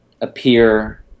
appear